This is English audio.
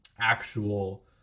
actual